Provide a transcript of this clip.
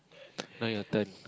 now your turn